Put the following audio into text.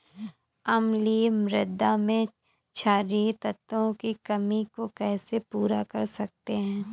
अम्लीय मृदा में क्षारीए तत्वों की कमी को कैसे पूरा कर सकते हैं?